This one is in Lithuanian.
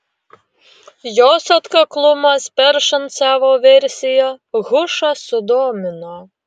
jos atkaklumas peršant savo versiją hušą sudomino